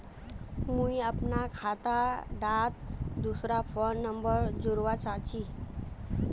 मुई अपना खाता डात दूसरा फोन नंबर जोड़वा चाहची?